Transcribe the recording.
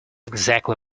exactly